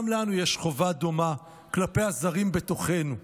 גם לנו יש חובה דומה כלפי הזרים בתוכנו.